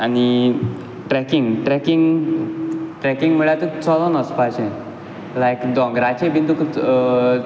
आनी tracking tracking tracking म्हूळ्यार तुका चलून वोचपाचें लाइक दोंगराचेर बीन तुका